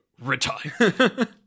Retire